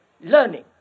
learning